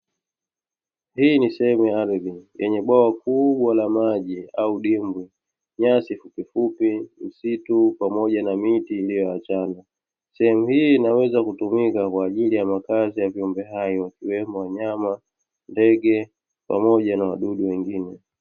Hii ni sehemu ya ardhi, yenye bwawa kubwa la maji au dimbwi, nyasi fupifupi, msitu pamoja na miti iliyoachana. Sehemu hii inaweza kutumika kwa ajili ya makazi ya viumbe hai, wakiwemo; wanyama, ndege pamoja na wadudu wengine.